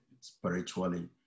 spiritually